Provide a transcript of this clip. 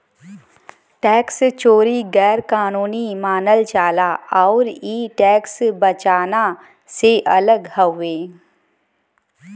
tax चोरी गैर कानूनी मानल जाला आउर इ टैक्स बचाना से अलग हउवे